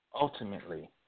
ultimately